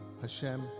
Hashem